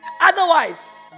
Otherwise